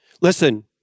listen